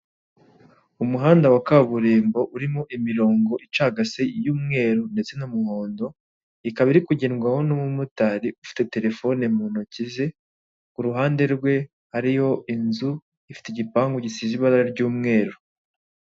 Umuhanda wa kaburimbo urimo imirongo icagase y'umweru ndetse n'umuhondo, ikaba iri kugedwaho n'umumotari ufite telefone mu ntoki ze, ku ruhande rwe hariyo inzu ifite igipangu gisize ibara ry'umweru.